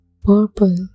Purple